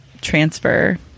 transfer